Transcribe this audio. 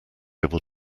able